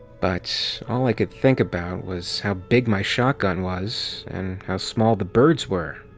but, all i could think about was how big my shotgun was, and how small the birds were.